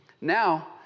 now